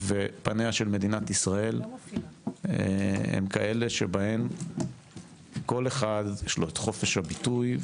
פניה של מדינת ישראל הם כאלה שבהם לכל אחד יש את חופש הביטוי,